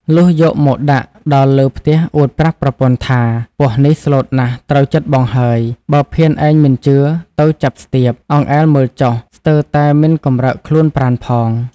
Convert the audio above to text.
លុះយកមកដាក់ ដល់លើផ្ទះអួតប្រាប់ប្រពន្ធថា “ពស់នេះស្លូតណាស់ត្រូវចិត្ដបងហើយ បើភានឯងមិនជឿទៅចាប់ស្ទាប អង្អែលមើលចុះ ស្ទើរតែមិនកំរើកខ្លួនប្រាណផង” ។